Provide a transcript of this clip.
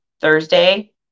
Thursday